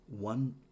one